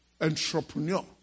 Entrepreneur